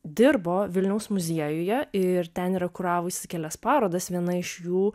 dirbo vilniaus muziejuje ir ten yra kuravusi kelias parodas viena iš jų